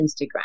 Instagram